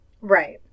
right